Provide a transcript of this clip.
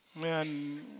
man